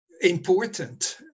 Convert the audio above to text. important